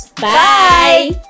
Bye